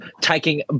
taking